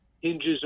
hinges